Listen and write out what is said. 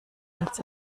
als